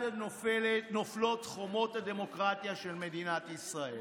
נופלות חומות הדמוקרטיה של מדינת ישראל.